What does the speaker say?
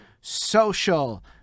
social